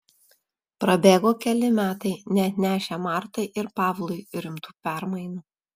prabėgo keli metai neatnešę martai ir pavlui rimtų permainų